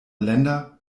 länder